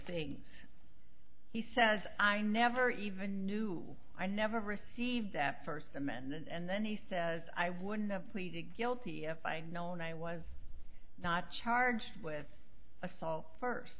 y he says i never even knew i never received that first amendment and then he says i would have pleaded guilty if i'd known i was not charged with assault first